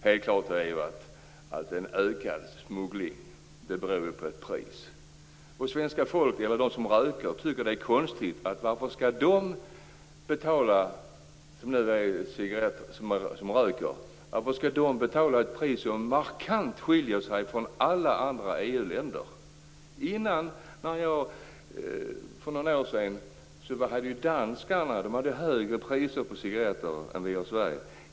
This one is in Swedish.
Helt klart beror en ökad smuggling på ett pris. De svenska rökarna tycker att det är konstigt att de skall betala ett pris som markant skiljer sig från alla andra EU-länders. För några år sedan hade danskarna högre priser på cigaretter än vi hade i Sverige.